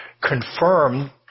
Confirm